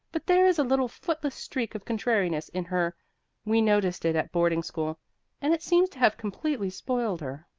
but there is a little footless streak of contrariness in her we noticed it at boarding-school and it seems to have completely spoiled her.